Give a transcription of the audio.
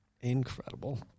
Incredible